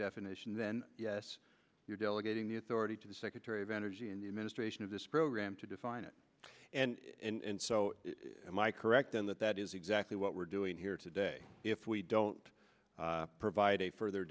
definition then yes you're delegating the authority to the secretary of energy in the administration of this program to define it and so am i correct in that that is exactly what we're doing here today if we don't provide a furthe